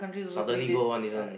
suddenly go one this one